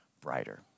brighter